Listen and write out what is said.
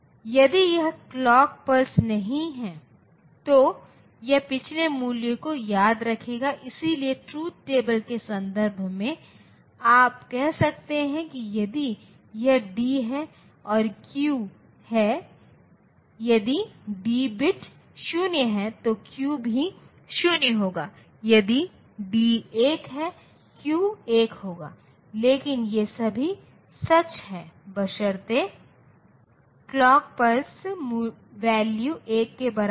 यदि यह clock pulse नहीं है तो यह पिछले मूल्य को याद रखेगा इसलिए ट्रुथ टेबल के संदर्भ में आप कह सकते हैं कि यदि यह डी है और यह क्यू है यदि डी बिट 0 है तो यह क्यू भी 0 होगा यदि डी 1 है क्यू 1 होगा लेकिन ये सभी सच हैं बशर्ते क्लॉक पल्स वैल्यू 1 के बराबर हो